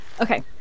okay